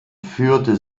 führte